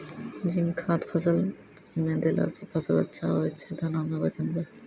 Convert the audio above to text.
zinc खाद फ़सल मे देला से फ़सल अच्छा होय छै दाना मे वजन ब